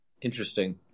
Interesting